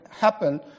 happen